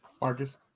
Marcus